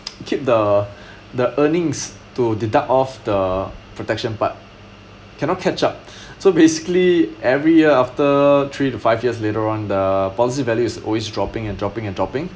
keep the the earnings to deduct off the protection part cannot catch up so basically every year after three to five years later on the positive values is always dropping and dropping and dropping